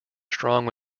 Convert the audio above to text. strong